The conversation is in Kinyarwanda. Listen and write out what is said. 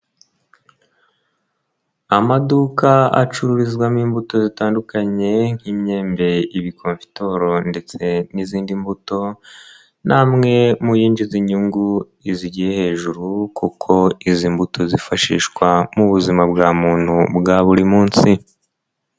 Amaduka acururizwamo imbuto zitandukanye nk'imyembe, ibikomfitoro ndetse n'izindi mbuto, ni amwe mu yinjiza inyungu zigiye hejuru kuko izi mbuto zifashishwa mu buzima bwa muntu bwa buri munsi.